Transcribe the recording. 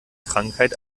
krankheit